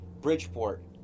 Bridgeport